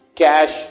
cash